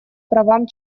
правам